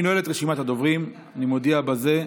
אני נועל את רשימת הדוברים, אני מודיע בזה.